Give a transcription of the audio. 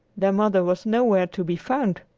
their mother was nowhere to be found!